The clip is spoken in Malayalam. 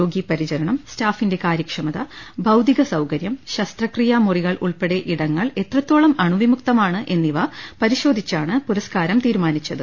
രോഗി പരിചരണം സ്റ്റാഫിന്റെ കാര്യക്ഷമ ത ഭൌതിക സൌകര്യം ശസ്ത്രക്രിയ മുറികൾ ഉൾപ്പെടെ ഇടങ്ങൾ എത്രത്തോളം അണുവിമുക്തമാണ് എന്നിവ പരിശോധിച്ചാണ് പുര സ്കാരം തീരുമാനിച്ചത്